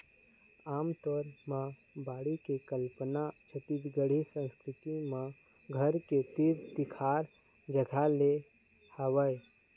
आमतौर म बाड़ी के कल्पना छत्तीसगढ़ी संस्कृति म घर के तीर तिखार जगा ले हवय